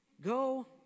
Go